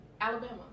Alabama